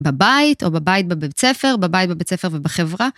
בבית או בבית בבית ספר, בבית בבית ספר ובחברה.